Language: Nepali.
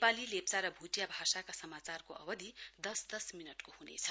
नेपाली लेप्चा र भुटिया भाषाका समाचारको अवधि दस दस मिनटको हुनेछ